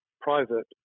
private